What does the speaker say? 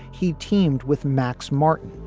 he teamed with max martin,